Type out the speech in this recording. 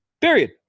Period